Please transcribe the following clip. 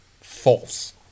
False